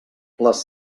les